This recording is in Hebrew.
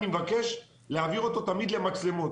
אני מבקש להעביר אותו למצלמות.